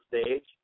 stage